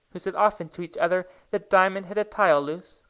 who said often to each other that diamond had a tile loose.